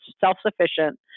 self-sufficient